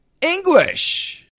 English